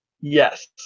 Yes